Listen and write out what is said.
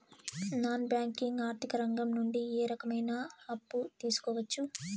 Non banking ఆర్థిక రంగం నుండి ఏ రకమైన అప్పు తీసుకోవచ్చు?